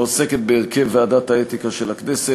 העוסקת בהרכב ועדת האתיקה של הכנסת.